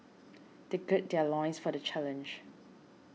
they gird their loins for the challenge